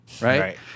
right